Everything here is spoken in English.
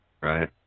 Right